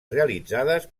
realitzades